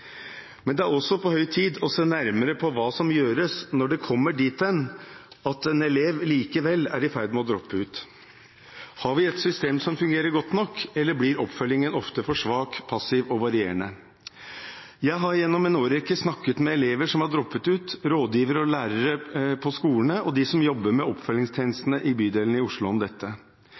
Men det er også på høy tid å se nærmere på hva som gjøres når det kommer dit hen at en elev likevel er i ferd med å droppe ut. Har vi et system som fungerer godt nok, eller blir oppfølgingen ofte for svak, passiv og varierende? Jeg har gjennom en årrekke snakket med elever som har droppet ut, rådgivere og lærere på skolene og de som jobber med